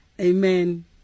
Amen